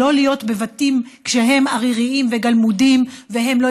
ולא להיות בבתים כשהם עריריים וגלמודים והם לא